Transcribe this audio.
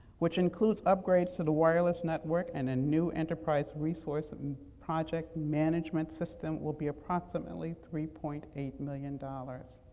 which includes upgrades to the wireless network and a new enterprise resource project management system will be approximately three point eight million dollars,